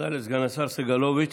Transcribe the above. תודה לסגן השר סגלוביץ'.